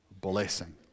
blessing